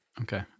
Okay